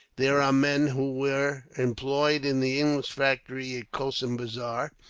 there are men who were employed in the english factory at kossimbazar,